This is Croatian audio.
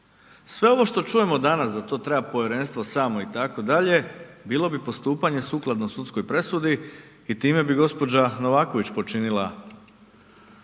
Sve ovo što čujemo danas da to treba povjerenstvo samo itd., bilo bi postupanje sukladno sudskoj presudi i time bi gđa. Novaković počinila